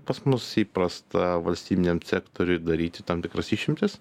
pas mus įprasta valstybiniam sektoriui daryti tam tikras išimtis